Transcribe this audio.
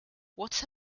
what